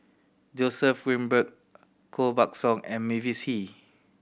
Joseph Grimberg Koh Buck Song and Mavis Hee